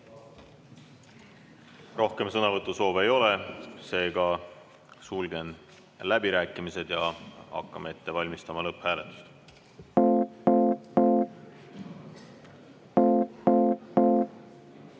Rohkem sõnavõtusoove ei ole. Seega sulgen läbirääkimised ja hakkame ette valmistama lõpphääletust.